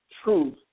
Truth